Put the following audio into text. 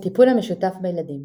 הטיפול המשותף בילדים